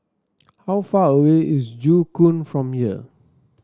how far away is Joo Koon from here